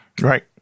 right